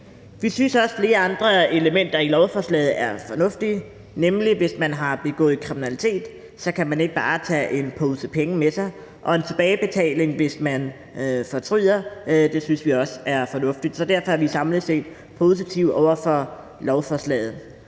Vi synes også, at flere andre elementer i lovforslaget er fornuftige, nemlig at man, hvis man har begået kriminalitet, så ikke bare kan tage en pose penge med sig, og at der er en tilbagebetaling, hvis man fortryder. Det synes vi også er fornuftigt. Så derfor er vi samlet set positive over for lovforslaget.